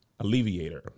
alleviator